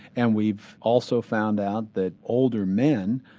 and we've also found out that older men,